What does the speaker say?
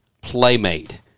Playmate